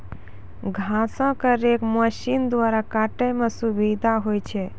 घासो क रेक मसीन द्वारा काटै म सुविधा होय छै